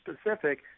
specific